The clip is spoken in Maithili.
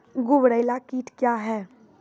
गुबरैला कीट क्या हैं?